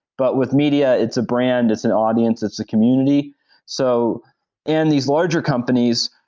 but with media, it's a brand, it's an audience, it's a community so and these larger companies,